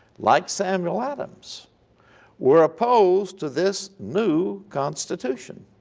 like samuel adams were opposed to this new constitution.